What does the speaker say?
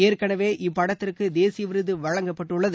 ஏற்கனவே இப்படத்திற்கு தேசிய விருது வழங்கப்பட்டுள்ளது